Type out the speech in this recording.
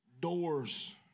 doors